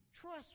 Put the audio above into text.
Trust